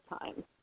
time